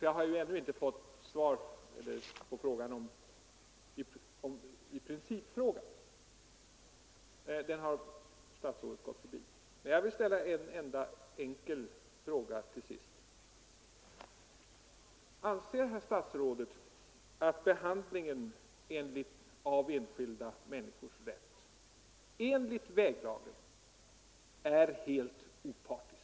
Jag har ännu inte fått svar på principfrågan; den har statsrådet gått förbi. Jag vill därför till sist ställa en enkel fråga: Anser herr statsrådet att behandlingen av enskilda människors rätt enligt väglagen är helt opartisk?